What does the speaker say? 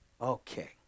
Okay